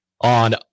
on